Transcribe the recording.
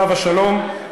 עליו השלום,